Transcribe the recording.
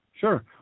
Sure